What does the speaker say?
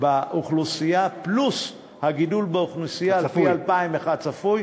באוכלוסייה פלוס הגידול באוכלוסייה על-פי הצפוי,